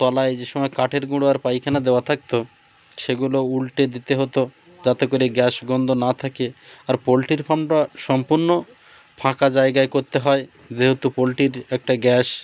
তলায় যে সময় কাঠের গুঁড়ো আর পায়খানা দেওয়া থাকতো সেগুলো উল্টে দিতে হতো যাতে করে গ্যাস গন্ধ না থাকে আর পোলট্রির ফার্মটা সম্পূর্ণ ফাঁকা জায়গায় করতে হয় যেহেতু পোলট্রির একটা গ্যাস